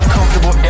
Comfortable